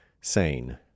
sane